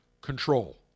Control